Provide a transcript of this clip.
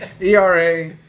ERA